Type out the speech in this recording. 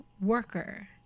worker